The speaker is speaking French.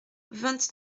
vingt